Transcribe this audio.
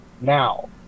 now